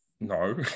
no